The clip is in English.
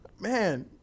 Man